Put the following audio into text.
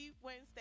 Wednesday